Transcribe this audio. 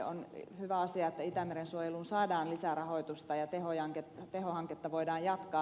on hyvä asia että itämeren suojeluun saadaan lisää rahoitusta ja teho hanketta voidaan jatkaa